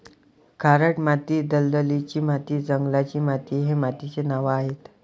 खारट माती, दलदलीची माती, जंगलाची माती हे मातीचे नावं आहेत